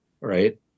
right